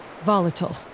Volatile